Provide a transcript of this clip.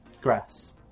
Grass